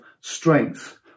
strength